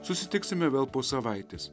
susitiksime vėl po savaitės